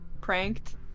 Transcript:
pranked